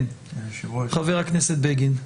כן, חבר הכנסת בגין.